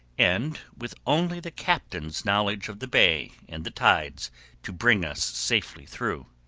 and with only the captain's knowledge of the bay and the tides to bring us safely through.